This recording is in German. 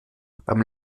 beim